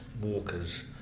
walkers